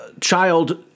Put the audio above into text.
child